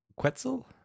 quetzal